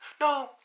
No